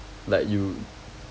like you